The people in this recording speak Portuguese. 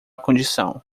condição